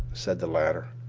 said the latter,